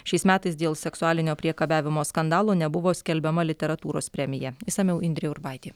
šiais metais dėl seksualinio priekabiavimo skandalo nebuvo skelbiama literatūros premija išsamiau indrė urbaitė